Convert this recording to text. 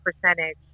percentage